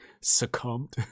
succumbed